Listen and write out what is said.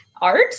art